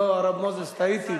הרב מוזס, טעיתי.